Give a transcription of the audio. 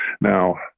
Now